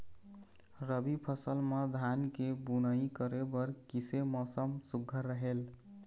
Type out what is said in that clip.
रबी फसल म धान के बुनई करे बर किसे मौसम सुघ्घर रहेल?